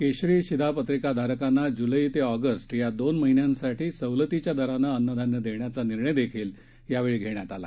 केशरी शिधापत्रिकाधारकांना ज्लै ते ऑगस्ट या दोन महिन्यांसाठी सवलतीच्या दरानं अन्नधान्य देण्याचा निर्णयही यावेळी घेण्यात आला